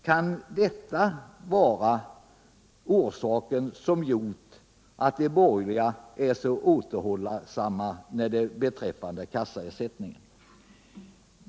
Kan detta vara orsaken till att de borgerliga är så återhållsamma beträffande kassaersättningen?